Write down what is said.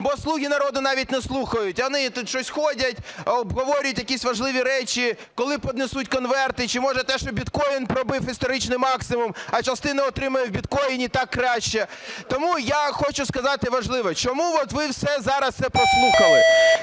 Бо "слуги народу", навіть не слухають, вони тут щось ходять, обговорюють якісь важливі речі, коли піднесуть "конверти" чи може те, що біткоїн пробив історичний максимум, а частина отримає в біткоїні, так краще. Тому я хочу сказати важливе: чому от ви все зараз це прослухали?